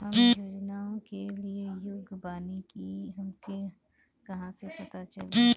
हम योजनाओ के लिए योग्य बानी ई हमके कहाँसे पता चली?